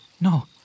No